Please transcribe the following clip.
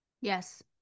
Yes